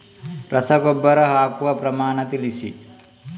ರಸಗೊಬ್ಬರ ಹಾಕುವ ಪ್ರಮಾಣ ತಿಳಿಸಿ